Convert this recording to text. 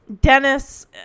Dennis